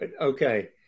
Okay